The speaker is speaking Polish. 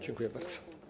Dziękuję bardzo.